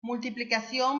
multiplicación